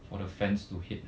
for the fans to hate